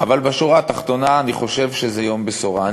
אבל בשורה התחתונה אני חושב שזה יום בשורה.